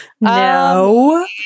no